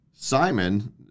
Simon